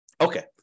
Okay